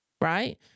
right